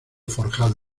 forjado